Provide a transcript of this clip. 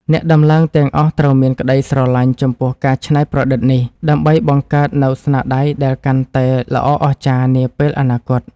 អ្នកដំឡើងទាំងអស់ត្រូវមានក្ដីស្រឡាញ់ចំពោះការច្នៃប្រឌិតនេះ ដើម្បីបង្កើតនូវស្នាដៃដែលកាន់តែល្អអស្ចារ្យនាពេលអនាគត។